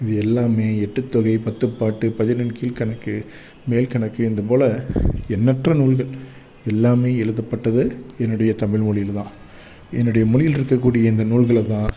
இது எல்லாம் எட்டுத்தொகை பத்துப்பாட்டு பதினெண் கீழ்க்கணக்கு மேல் கணக்கு இது போல எண்ணற்ற நூல்கள் எல்லாம் எழுதப்பட்டது என்னுடைய தமிழ் மொழில தான் என்னுடைய மொழியில இருக்கக்கூடிய இந்த நூல்களை தான்